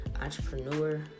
entrepreneur